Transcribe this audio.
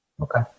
Okay